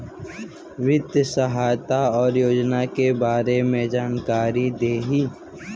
वित्तीय सहायता और योजना के बारे में जानकारी देही?